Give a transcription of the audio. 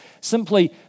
simply